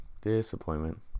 disappointment